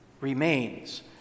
remains